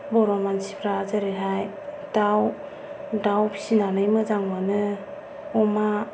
बर' मानसिफ्रा जेरैहाय दाव दाव फिसिनानै मोजां मोनो अमा